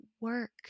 work